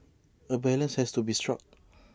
A balance has to be struck